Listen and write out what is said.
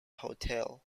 hotel